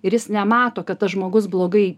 ir jis nemato kad tas žmogus blogai